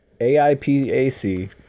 AIPAC